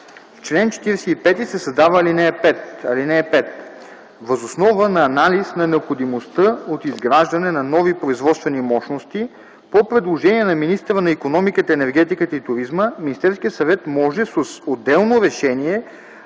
чл. 45 се създава ал. 5: „(5) Въз основа на анализ на необходимостта от изграждане на нови производствени мощности, по предложение на министъра на икономиката, енергетиката и туризма, Министерският съвет може с отделно решение